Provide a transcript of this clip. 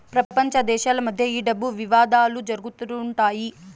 ప్రపంచ దేశాల మధ్య ఈ డబ్బు వివాదాలు జరుగుతుంటాయి